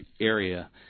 area